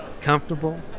comfortable